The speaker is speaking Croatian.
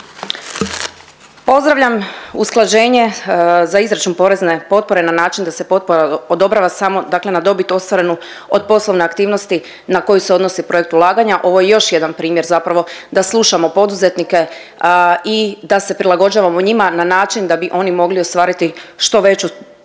Pozdravljam usklađenje za izračun porezne potpore na način da se potpora odobrava samo dakle na dobit ostvarenu od poslovne aktivnosti na koju se odnosi projekt ulaganja, ovo je još jedan primjer zapravo da slušamo poduzetnike i da se prilagođavamo njima na način da bi oni mogli ostvariti što veću